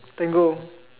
Tango